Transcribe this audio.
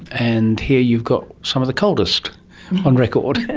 and here you've got some of the coldest on record.